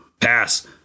pass